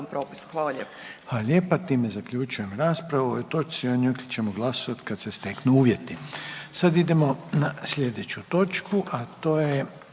Hvala g.